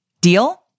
Deal